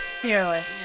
Fearless